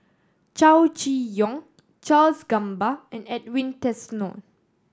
Chow Chee Yong Charles Gamba and Edwin Tessensohn